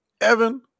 Evan